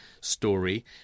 story